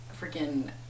freaking